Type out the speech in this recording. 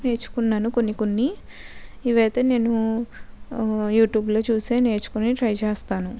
నేర్చుకున్నాను కొన్ని కొన్ని ఇవైతే నేను యూట్యూబ్లో చూసే నేర్చుకుని ట్రై చేస్తాను